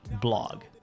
blog